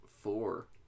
four